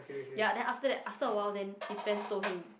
ya then after that after a while then his friends told him